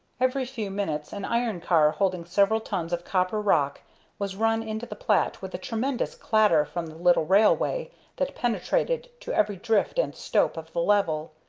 every few minutes an iron car holding several tons of copper rock was run into the plat with a tremendous clatter from the little railway that penetrated to every drift and stope of the level.